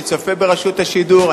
אני צופה ברשות השידור,